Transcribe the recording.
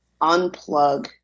unplug